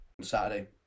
Saturday